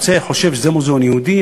הוא חושב: זה מוזיאון יהודי,